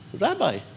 Rabbi